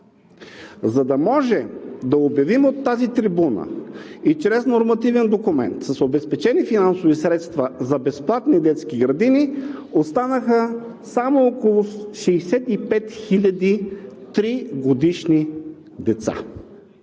За да може да отделим от тази трибуна и чрез нормативен документ с обезпечени финансови средства за безплатни детски градини – останаха само около 65 хиляди 3-годишни деца,